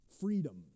freedom